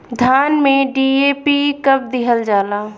धान में डी.ए.पी कब दिहल जाला?